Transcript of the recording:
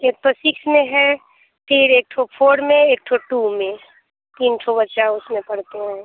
एक ठो सिक्स में है फिर एक ठो फ़ोर में एक ठो टू में तीन ठो बच्चा उसमें पढ़ते हैं